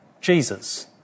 Jesus